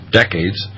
decades